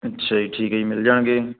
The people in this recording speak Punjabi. ਅੱਛਾ ਜੀ ਠੀਕ ਹੈ ਜੀ ਮਿਲ ਜਾਣਗੇ